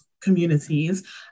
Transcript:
communities